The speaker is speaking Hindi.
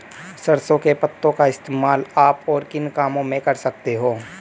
सरसों के पत्तों का इस्तेमाल आप और किन कामों में कर सकते हो?